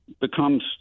becomes